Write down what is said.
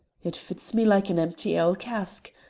it fits me like an empty ale-cask.